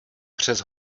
přes